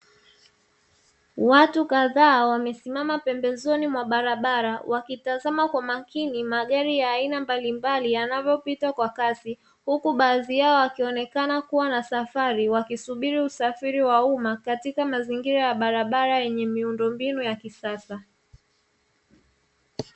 Watu kadhaa wamesimama pembezoni mwa barabara, wakitazama kwa makini magari ya aina mbalimbali yanavyopita kwa kasi ,huku baadhi yao wakionekana kuwa na safari, wakisubiri usafiri wa uma katika mazingira ya barabara yenye miundo mbinu ya kisasa.